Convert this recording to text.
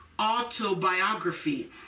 autobiography